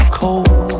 cold